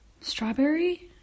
strawberry